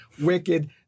wicked